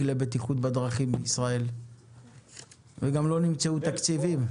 לבטיחות בדרכים בישראל וגם לא נמצאו תקציבים.